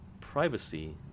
privacy